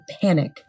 panic